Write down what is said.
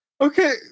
Okay